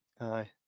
aye